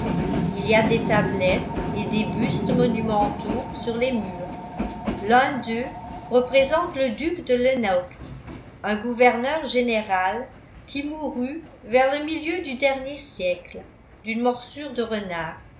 il y a des tablettes et des bustes monumentaux sur les murs l'un d'eux représente le duc de lennox un gouverneur général qui mourut vers le milieu du dernier siècle d'une morsure de renard